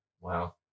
Wow